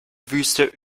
wüste